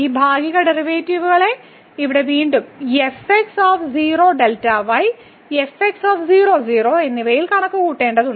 ഈ ഭാഗിക ഡെറിവേറ്റീവുകളെ ഇവിടെ വീണ്ടും എന്നിവയിൽ കണക്കുകൂട്ടേണ്ടതുണ്ട്